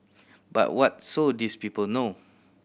but what so these people know